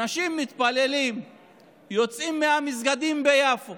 אנשים מתפללים יוצאים מהמסגדים ביפו